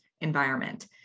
environment